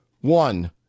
One